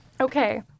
Okay